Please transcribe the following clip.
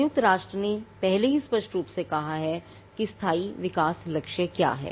संयुक्त राष्ट्र ने पहले ही स्पष्ट रूप से कहा है कि स्थायी विकास लक्ष्य क्या हैं